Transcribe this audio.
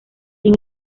sin